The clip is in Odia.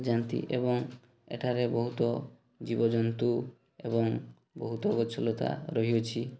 ଯାଆନ୍ତି ଏବଂ ଏଠାରେ ବହୁତ ଜୀବଜନ୍ତୁ ଏବଂ ବହୁତ ଗଛଲତା ରହିଅଛି